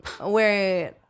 wait